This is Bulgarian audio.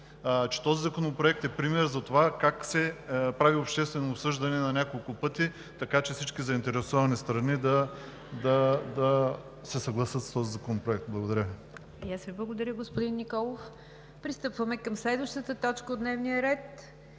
че той е пример за това как се прави обществено обсъждане на няколко пъти, така че всички заинтересовани страни да се съгласят с този законопроект. Благодаря Ви. ПРЕДСЕДАТЕЛ НИГЯР ДЖАФЕР: И аз Ви благодаря, господин Николов. Пристъпваме към следващата точка от дневния ред: